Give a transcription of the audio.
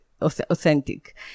authentic